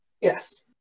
Yes